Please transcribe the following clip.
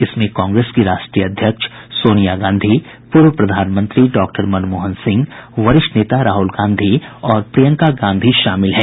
इसमें कांग्रेस की राष्ट्रीय अध्यक्ष सोनिया गांधी पूर्व प्रधानमंत्री डॉक्टर मनमोहन सिंह वरिष्ठ नेता राहुल गांधी और प्रियंका गांधी शामिल हैं